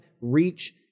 reach